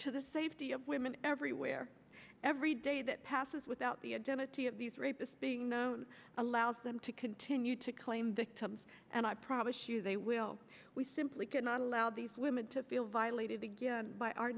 to the safety of women everywhere every day that passes without the identity of these rapists being known allows them to continue to claim victims and i promise you they will we simply cannot allow these women to feel violated begin by our